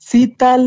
Sita